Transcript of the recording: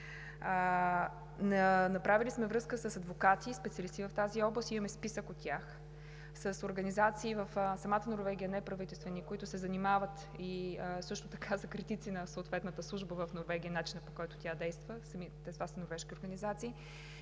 Направили сме връзка с адвокати, специалисти в тази област, имаме списък от тях, с неправителствени организации в самата Норвегия, които се занимават и също така са критици на съответната служба в Норвегия, начинът, по който тя действа, това са норвежки организации,